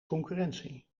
concurrentie